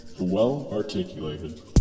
Well-Articulated